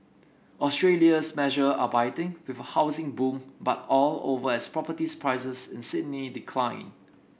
Australia's measure are biting with a housing boom but all over as properties prices in Sydney decline